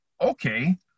okay